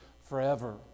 forever